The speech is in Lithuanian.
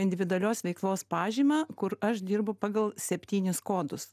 individualios veiklos pažymą kur aš dirbu pagal septynis kodus